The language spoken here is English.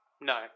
No